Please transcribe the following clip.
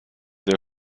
der